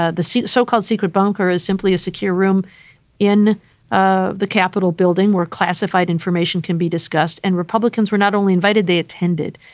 ah the so so-called secret bunker is simply a secure room in ah the capitol building where classified information can be discussed. and republicans were not only invited, they attended.